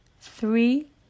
three